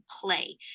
play